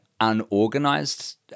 unorganized